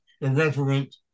irreverent